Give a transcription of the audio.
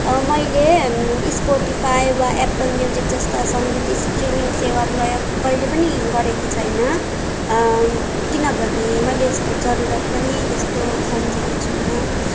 मैले स्फोटिफाई वा Apple music जस्ता सङ्गीत स्ट्रिमिङ सेवा प्रयोग कहिल्यै पनि गरेकी छैन किनभने मैले यस्को जरुरत पनि त्यस्तो सम्झेको छुइनँ